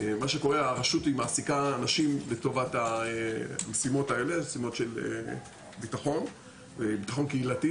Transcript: הרשות מעסיקה אנשים לטובת המשימות האלה של ביטחון קהילתי,